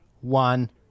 one